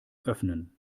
öffnen